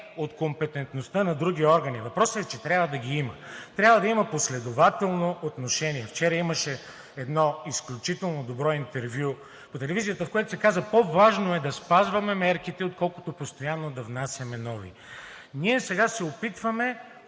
от компетентността на други органи. Въпросът е, че трябва да ги има. Трябва да има последователно отношение. Вчера имаше едно изключително добро интервю по телевизията, в което се каза: по важно е да спазваме мерките, отколкото постоянно да внасяме нови. Ние сега се опитваме